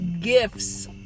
gifts